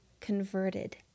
converted